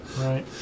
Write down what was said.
Right